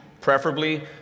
preferably